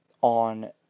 on